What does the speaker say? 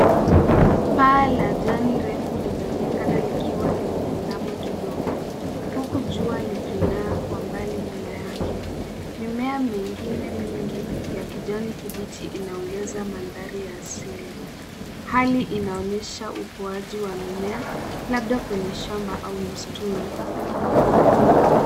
Paa la njani refu limeonekana likiwa limeinama kidogo, huku jua likingaa kwa mbali nyuma yake. Mimea mingine mingi ya kijani kibichi inaongeza mandhari ya asili. Hali inaonyesha ukuaji wa mimea labda kwenye shamba au mstuni.